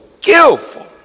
skillful